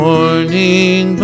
Morning